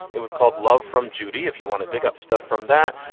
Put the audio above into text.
it was called love from judy. if you want to dig up stuff from that,